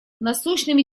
насущными